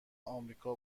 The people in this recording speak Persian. امریکا